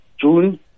June